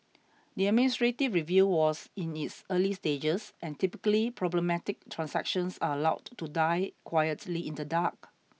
the administrative review was in its early stages and typically problematic transactions are allowed to die quietly in the dark